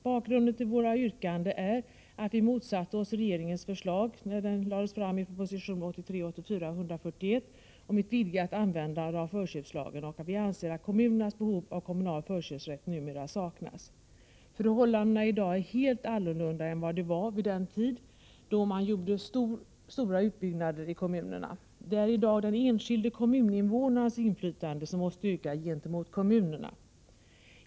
Bakgrunden till våra yrkanden är att vi motsatt oss regeringens förslag i proposition 1983/84:141 om ett vidgat användande av förköpslagen och att vi anser att kommunernas behov av kommunal förköpsrätt numera saknas. Förhållandena är i dag helt annorlunda än de var då man gjorde stora utbyggnader i kommunerna. Det är i dag den enskilde kommuninnevånarens inflytande som måste öka gentemot kommunerna.